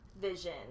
vision